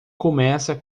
começa